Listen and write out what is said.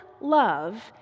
love